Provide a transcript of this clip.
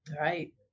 right